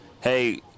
hey